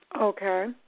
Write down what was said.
Okay